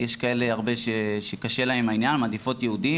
יש כאלה הרבה שקשה להן העניין והן מעדיפות יהודי,